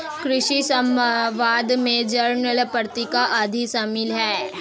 कृषि समवाद में जर्नल पत्रिका आदि शामिल हैं